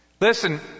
Listen